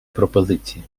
пропозиції